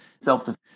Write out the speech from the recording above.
Self-defense